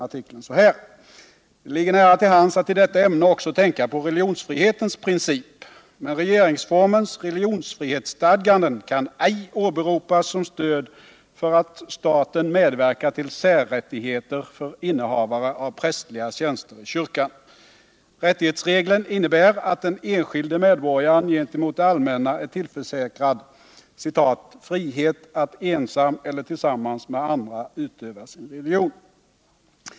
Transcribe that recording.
”Det ligger nära till hands att i detta ämne också tänka på religionsfrihetens princip. Men regeringsformens religionsfrihetsstadgande kan ej åberopas som stöd för att staten medverkar till särrättigheter för innehavare av prästerliga tjänster i kyrkan. Riättighetsregeln innebär att den enskilde medborgaren gentemot det allmänna är tillförsäkrad "frihet att ensam eller tillsammans med andra utöva sin religion".